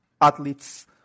athletes